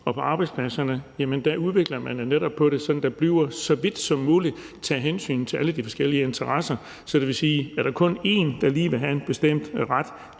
ude på arbejdspladserne udvikler man netop på det, sådan at der så vidt muligt bliver taget hensyn til alle de forskellige interesser. Hvis der kun lige er én, der vil have en bestemt ret,